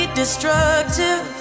destructive